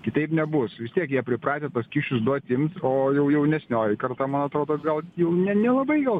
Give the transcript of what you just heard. kitaip nebus vis tiek jie pripratę tuos kyšius duot imt o jau jaunesnioji karta man atrodo gal jau ne nelabai gal